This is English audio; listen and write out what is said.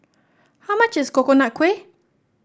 how much is Coconut Kuih